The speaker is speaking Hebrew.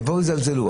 יבואו ויזלזלו.